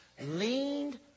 leaned